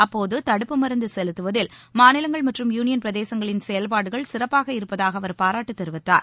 அப்போது தடுப்பு மருந்து செலுத்துவதில் மாநிலங்கள் மற்றும் யூனியன் பிரதேசங்களின் செயல்பாடுகள் சிறப்பாக இருப்பதாக அவர் பாராட்டு தெரிவித்தார்